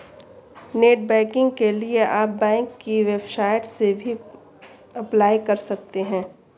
net banking के लिए आप बैंक की वेबसाइट से भी अप्लाई कर सकते है